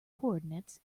coordinates